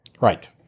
Right